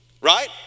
right